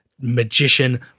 magician